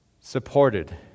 supported